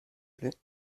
plait